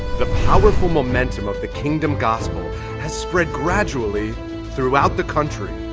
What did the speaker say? the powerful momentum of the kingdom gospel has spread gradually throughout the country.